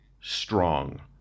strong